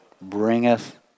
bringeth